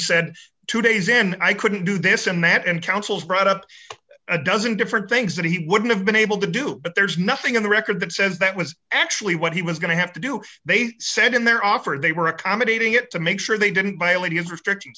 said two days and i couldn't do this and that and councils brought up a dozen different things that he wouldn't have been able to do but there's nothing in the record that says that was actually what he was going to have to do they said in their offer they were accommodating it to make sure they didn't violate his restricti